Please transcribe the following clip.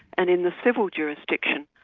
and in the civil jurisdiction,